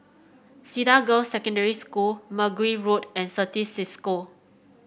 Cedar Girls' Secondary School Mergui Road and Certis Cisco